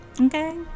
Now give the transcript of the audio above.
Okay